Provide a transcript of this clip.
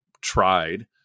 tried